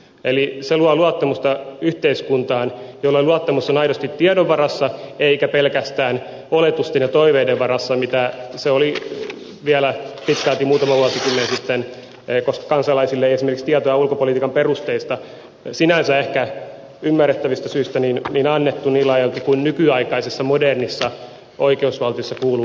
eli se luo luottamusta yhteiskuntaan jolloin luottamus on aidosti tiedon varassa eikä pelkästään oletusten ja toiveiden varassa mitä se oli vielä pitkälti muutama vuosikymmen sitten koska kansalaisille ei esimerkiksi tietoja ulkopolitiikan perusteista sinänsä ehkä ymmärrettävistä syistä annettu niin laajalti kuin nykyaikaisessa modernissa oikeusvaltiossa kuuluu antaa